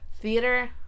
Theater